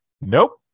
nope